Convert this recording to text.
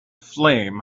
flame